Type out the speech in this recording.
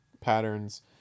patterns